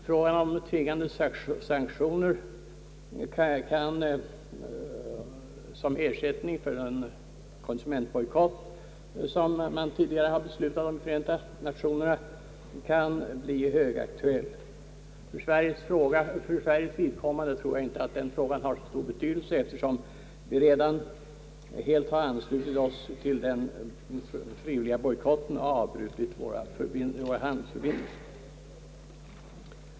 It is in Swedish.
Frågan om tvingande sanktioner som ersättning för den konsumentbojkott, som man tidigare har beslutat om i Förenta Nationerna, kan bli högaktuell. För Sveriges vidkommande har inte den frågan så stor betydelse, eftersom vi redan helt har anslutit oss till den frivilliga bojkotten och avbrutit våra handelsförbindelser med Rhodesia.